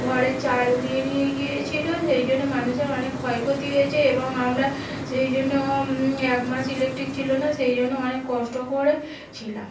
ঘরের চাল উড়িয়ে নিয়ে গিয়েছিলো সেই জন্যে মানুষের অনেক ক্ষয় ক্ষতি হয়েছে এবং আমরা সেই জন্য এক মাস ইলেকট্রিক ছিলো না সেই জন্য অনেক কষ্ট করে ছিলাম